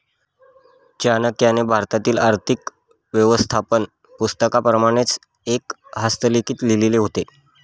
चाणक्याने भारतातील आर्थिक व्यवस्थापन पुस्तकाप्रमाणेच एक हस्तलिखित लिहिले होते